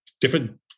different